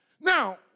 Now